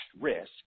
risk